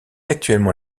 actuellement